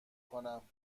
کنم